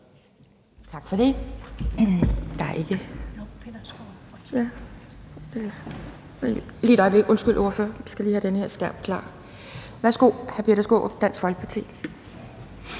Tak for det.